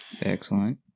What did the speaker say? Excellent